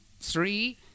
three